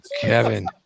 Kevin